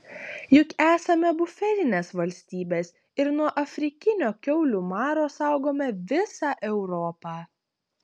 juk esame buferinės valstybės ir nuo afrikinio kiaulių maro saugome visą europą